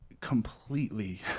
completely